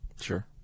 Sure